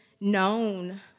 known